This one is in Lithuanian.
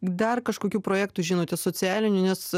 dar kažkokių projektų žinote socialinių nes